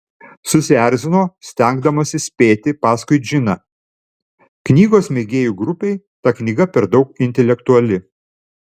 susierzino stengdamasi spėti paskui džiną knygos mėgėjų grupei ta knyga per daug intelektuali